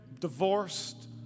divorced